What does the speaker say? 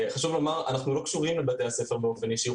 חשוב לומר שאנחנו לא קשורים לבתי ספר באופן ישיר,